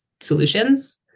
solutions